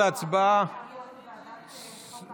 לוועדה שתקבע ועדת הכנסת נתקבלה.